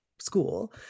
school